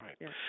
Right